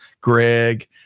Greg